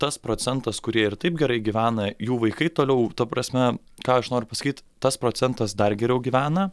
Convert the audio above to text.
tas procentas kurie ir taip gerai gyvena jų vaikai toliau ta prasme ką aš noriu pasakyt tas procentas dar geriau gyvena